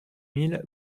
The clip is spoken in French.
mille